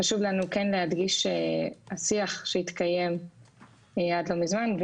חשוב לנו כן להדגיש שהשיח שהתקיים עד לא מזמן,